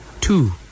Two